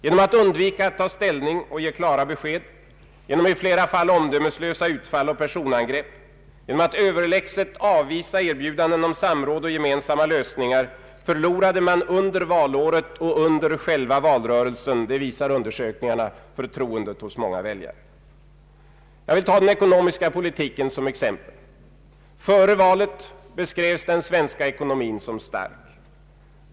Genom att undvika att ta ställning och ge klara besked, genom omdömeslösa utfall och personangrepp, genom att överlägset avvisa erbjudanden om samråd och gemensamma lösningar förlorade man under valåret och under själva valrörelsen — det visar undersökningarna — förtroendet hos många väljare. Jag vill ta den ekonomiska politiken som exempel. Före valet beskrevs den svenska ekonomin som stark.